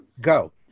Go